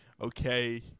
Okay